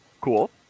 Cool